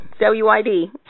W-I-D